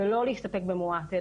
ולא להסתפק במועט,